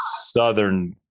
southern